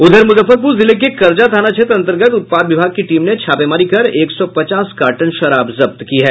उधर मुजफ्फरपुर जिले के करजा थाना क्षेत्र अंतर्गत उत्पाद विभाग की टीम ने छापेमारी कर एक सौ पचास कार्टन शराब जब्त की है